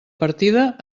partida